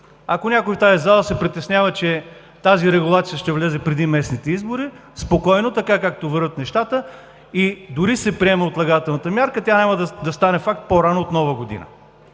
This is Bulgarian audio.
Ако някой в тази зала се притеснява, че тази регулация ще влезе преди местните избори, спокойно, така както вървят нещата и дори се приема отлагателната мярка, тя няма да стане факт по-рано от Нова година.